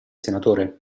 senatore